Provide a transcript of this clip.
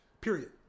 Period